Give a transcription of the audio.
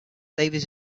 davis